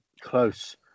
close